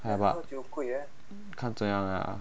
好吧看怎样啊